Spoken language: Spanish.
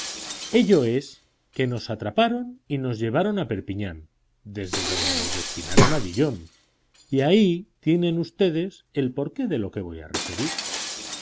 ello es que nos atraparon y nos llevaron a perpiñán desde donde nos destinaron a dijon y ahí tienen ustedes el porqué de lo que voy a referir